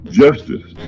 justice